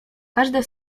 każde